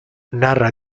narra